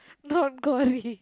not gory